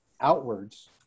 outwards